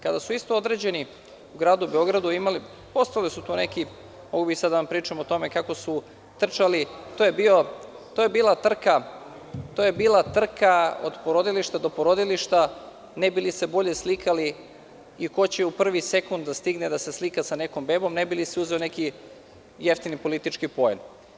Kada su isto određeni u gradu Beogradu imali, a postojali su tu neki, mogao bih sada da vam tu pričam o tome kako su trčali, to je bila trka od porodilišta do porodilišta ne bili se bolje slikali i ko će u prvi sekund da stigne da se slika sa nekom bebom ne bili se uzeo neki jeftini politički poen.